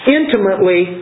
intimately